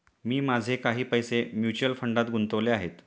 मी माझे काही पैसे म्युच्युअल फंडात गुंतवले आहेत